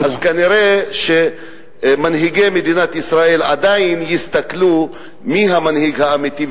אז כנראה מנהיגי מדינת ישראל עדיין יסתכלו מי המנהיג האמיתי,